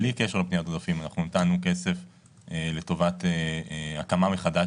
בלי קשר לפניית עודפים אנחנו נתנו כסף לטובת הקמה מחדש